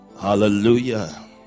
Hallelujah